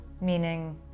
Meaning